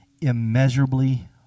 immeasurably